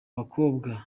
bakobwa